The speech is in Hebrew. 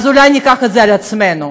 אולי ניקח את זה על עצמנו.